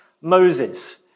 Moses